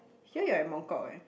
here you're at Mong kok eh